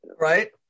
Right